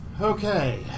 Okay